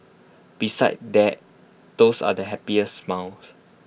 besides that those are the happiest smells